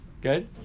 Good